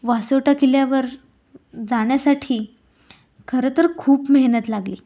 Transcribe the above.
वासोटा किल्ल्यावर जाण्यासाठी खरं तर खूप मेहनत लागली